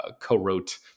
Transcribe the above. co-wrote